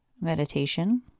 meditation